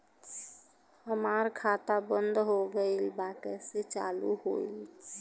हमार खाता बंद हो गईल बा कैसे चालू होई?